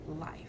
life